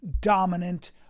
dominant